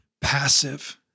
passive